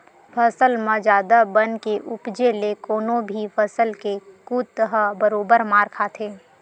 फसल म जादा बन के उपजे ले कोनो भी फसल के कुत ह बरोबर मार खाथे